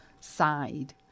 side